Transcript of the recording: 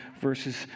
verses